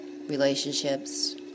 Relationships